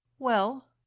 well?